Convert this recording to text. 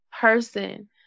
person